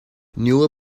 newer